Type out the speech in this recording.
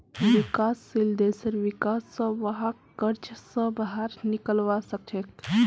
विकासशील देशेर विका स वहाक कर्ज स बाहर निकलवा सके छे